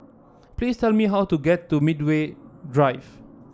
please tell me how to get to Medway Drive